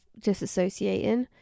disassociating